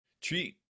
treat